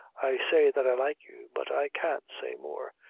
i say, that i like you but i can't say more.